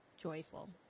joyful